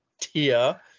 tier